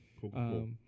Cool